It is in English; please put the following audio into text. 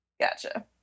Gotcha